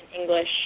English